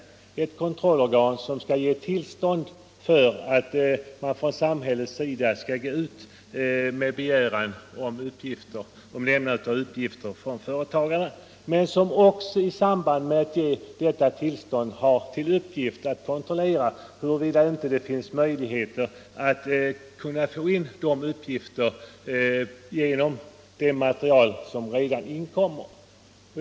Det kontrollorganet skall ge myndigheterna tillstånd att gå ut med en begäran om lämnande av uppgifter från företagare, men det skall också kontrollera huruvida det inte finns möjligheter att få de önskade uppgifterna genom det material som redan har inkommit.